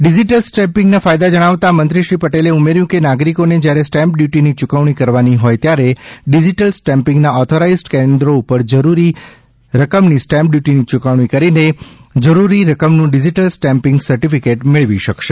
digital સ્ટેમ્પીગના ફાયદા જણાવતા મંત્રીશ્રી પટેલે ઉમેર્યુ કે નાગરિકોને જ્યારે સ્ટેમ્પ ડ્રયૂટીની ચુકવણી કરવાની હોય ત્યારે ડિઝીટલ સ્ટેમ્પીગના ઓથોરાઈઝડ કેન્દ્રો ઉપરથી જરૂરી રકમની સ્ટેમ્પ ડ્યૂટીની ચુકવણી કરીને જરૂરી રકમનું ડિઝીટલ સ્ટેમ્પ સર્ટીફીકેટ મેળવી શકશે